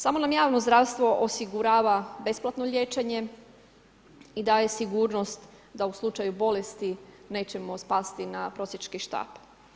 Samo nam javno zdravstvo osigurava besplatno liječenje i daje sigurnost da u slučaju bolesti nećemo spasti na prosjački štap.